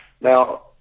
Now